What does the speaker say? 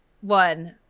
One